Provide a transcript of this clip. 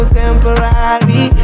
temporary